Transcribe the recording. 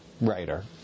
writer